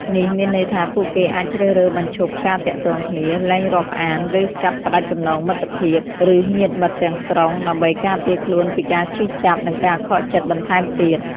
នេះមានន័យថា ពួកគេអាចជ្រើសរើសបញ្ឈប់ការទាក់ទងគ្នា លែងរាប់អាន ឬកាត់ផ្តាច់ចំណងមិត្តភាព ឬញាតិមិត្តទាំងស្រុង ដើម្បីការពារខ្លួនពីការឈឺចាប់ និងការខកចិត្តបន្ថែមទៀត។